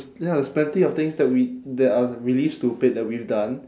ya there's plenty of things that we that are really stupid that we've done